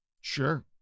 sure